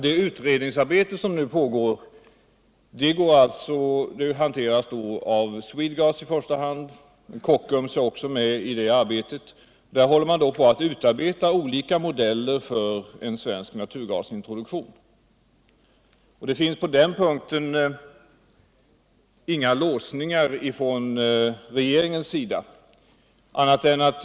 Det utredningsarbete som nu pågår hanteras av Swedegas i första hand, men även Kockums är med i arbetet. Man håller på att utarbeta olika modeller för en svensk naturgasintroduktion. På den punkten finns inga låsningar från regeringens sida.